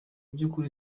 by’ukuri